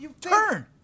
Turn